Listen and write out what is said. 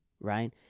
right